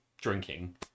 drinking